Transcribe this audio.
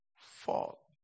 fall